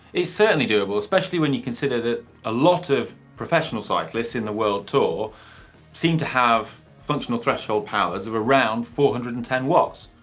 certainly doable, especially when you consider that a lot of professional cyclists in the world tour seem to have functional threshold powers of around four hundred and ten watts.